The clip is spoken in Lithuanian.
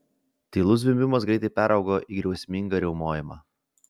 tylus zvimbimas greitai peraugo į griausmingą riaumojimą